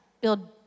build